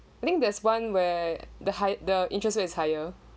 I think there's one where the high the interest rate is higher